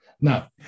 Now